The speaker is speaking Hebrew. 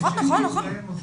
נכון נכון.